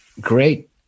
great